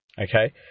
Okay